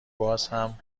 بازهم